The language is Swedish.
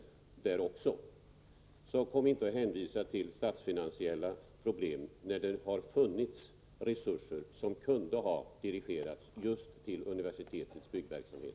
Hänvisa alltså inte till statsfinansiella problem när det har funnits resurser som kunde ha dirigerats till just universitetets byggverksamhet!